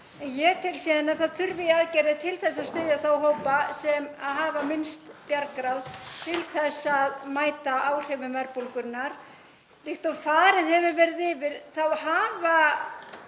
en ég tel síðan að það þurfi aðgerðir til að styðja þá hópa sem hafa minnst bjargráð til þess að mæta áhrifum verðbólgunnar. Líkt og farið hefur verið yfir hafa